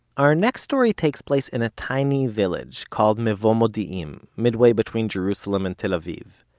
our next story takes place in a tiny village, called mevo modi'im, midway between jerusalem and tel aviv.